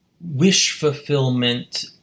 wish-fulfillment